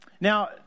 Now